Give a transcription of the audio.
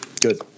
Good